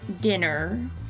dinner